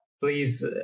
please